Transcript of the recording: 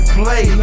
play